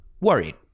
worried